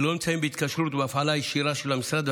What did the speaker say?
הם לא נמצאים בהתקשרות ובהפעלה ישירה של המשרד,